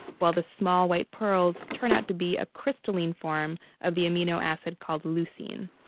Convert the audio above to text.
while the small white pearls turn out to be a crystalline form of the amino acid called leucine.